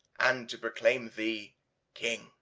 and to proclaim thee king.